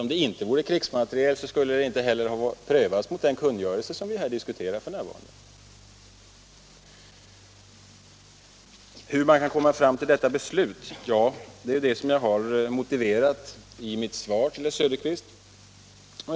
Om det inte vore krigsmateriel, skulle ju frågan inte ha prövats mot den kungörelse som vi diskuterar f.n. Hur man kan komma fram till detta beslut har jag motiverat i mitt svar till herr Söderqvist.